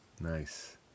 Nice